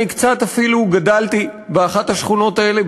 אני אפילו קצת גדלתי באחת השכונות האלה,